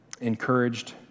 encouraged